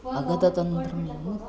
अगततन्त्रम्